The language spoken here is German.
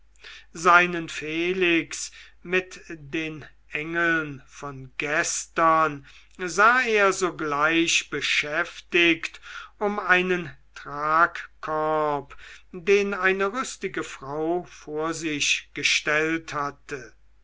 seinen felix mit den engeln von gestern sah er sogleich beschäftigt um einen tragkorb den eine rüstige frau vor sich gestellt hatte